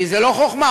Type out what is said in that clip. כי זו לא חוכמה,